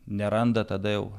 neranda tada jau